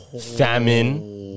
famine